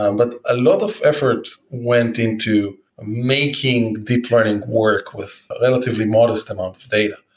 um but a lot of effort went into making deep learning work with a relatively modest amount of data.